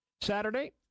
Saturday